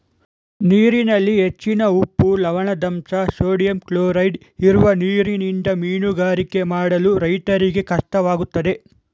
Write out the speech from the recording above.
ನೀರಿನಲ್ಲಿ ಹೆಚ್ಚಿನ ಉಪ್ಪು, ಲವಣದಂಶ, ಸೋಡಿಯಂ ಕ್ಲೋರೈಡ್ ಇರುವ ನೀರಿನಿಂದ ಮೀನುಗಾರಿಕೆ ಮಾಡಲು ರೈತರಿಗೆ ಕಷ್ಟವಾಗುತ್ತದೆ